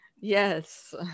yes